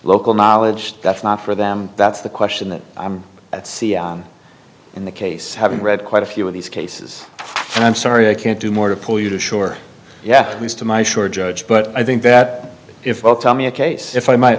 local knowledge that's not for them that's the question that i'm at c i in the case having read quite a few of these cases and i'm sorry i can't do more to pull you to shore yeah at least to my short judge but i think that if well tell me a case if i might